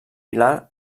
pilar